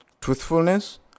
truthfulness